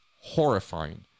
horrifying